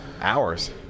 Hours